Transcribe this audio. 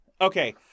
Okay